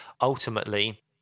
ultimately